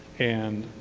and